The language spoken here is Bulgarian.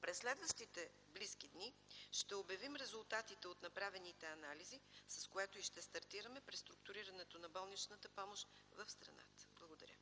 През следващите близки дни ще обявим резултатите от направените анализи, с което и ще стартираме преструктурирането на болничната помощ в страната. Благодаря.